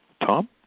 Tom